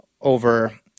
over